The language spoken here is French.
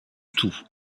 tout